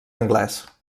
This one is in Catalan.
anglès